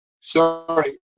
Sorry